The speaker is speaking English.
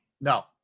no